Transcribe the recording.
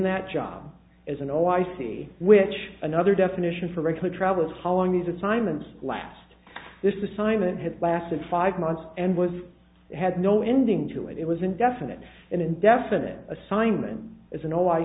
that job as an oh i see which another definition for regular travel is how long these assignments last this assignment had lasted five months and was had no ending to it it was indefinite an indefinite assignment as in oh i